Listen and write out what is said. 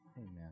Amen